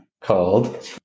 called